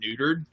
neutered